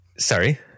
sorry